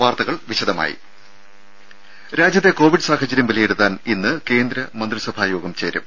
വാർത്തകൾ വിശദമായി രാജ്യത്തെ കോവിഡ് സാഹചര്യം വിലയിരുത്താൻ ഇന്ന് കേന്ദ്രമന്ത്രിസഭാ യോഗം ചേരും